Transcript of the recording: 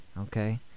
Okay